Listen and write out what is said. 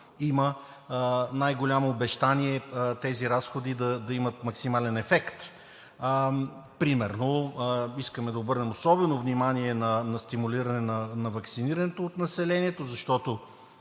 има най голямо обещание тези разходи да имат максимален ефект. Примерно искаме да обърнем особено внимание на стимулиране на ваксинирането от населението, защото